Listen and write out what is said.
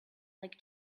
like